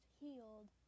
healed